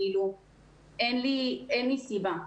אין לי סיבה.